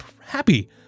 happy